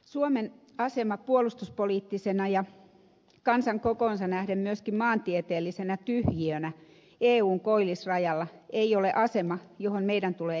suomen asema puolustuspoliittisena ja kansan kokoon nähden myöskin maantieteellisenä tyhjiönä eun koillisrajalla ei ole asema johon meidän tulee jäädä